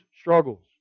struggles